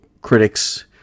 critics